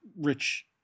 rich